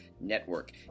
Network